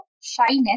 shyness